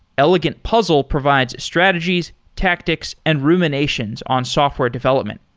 elegant puzzle provides strategies, tactics and ruminations on software development.